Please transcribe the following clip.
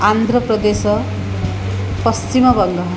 आन्ध्रप्रदेश पश्चिमबङ्गः